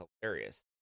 hilarious